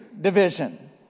division